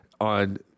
on